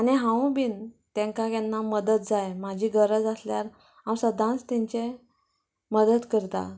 आनी हांव बीन तेंका केन्ना मदत जाय म्हाजी गरज आसल्यार हांव सदांच तेंचें मदत करता